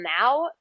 now